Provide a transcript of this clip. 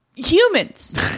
Humans